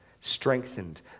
Strengthened